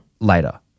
later